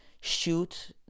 shoot